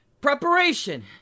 preparation